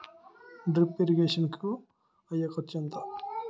Drip irrigation కూ అయ్యే ఖర్చు ఎంత?